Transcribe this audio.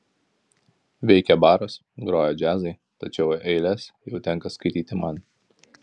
veikia baras groja džiazai tačiau eiles jau tenka skaityti man